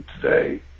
today